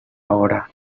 ahora